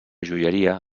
joieria